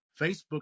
Facebook